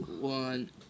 one